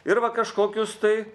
ir va kažkokius tai